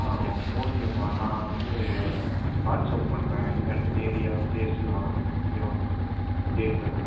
ஆ ஓகேப்பா நான் வந்து வாட்ஸ்அப் பண்ணுறேன் ஏரியா பிளேஸ்லாம் ஓகேவா டேட்லாம் தான்